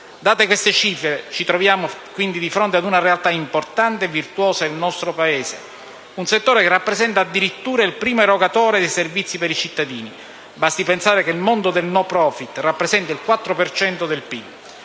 Date queste cifre, ci troviamo quindi di fronte ad una realtà importante e virtuosa del nostro Paese. Un settore che rappresenta addirittura il primo erogatore dei servizi per i cittadini; basti pensare che il mondo del *no profit* rappresenta il 4 per